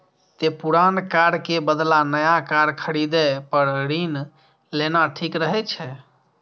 तें पुरान कार के बदला नया कार खरीदै पर ऋण लेना ठीक रहै छै